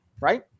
right